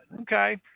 okay